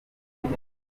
bwacu